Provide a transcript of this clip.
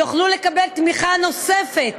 יוכלו לקבל תמיכה נוספת